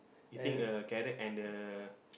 you think uh carrot and the